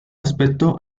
aspecto